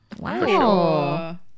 Wow